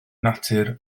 natur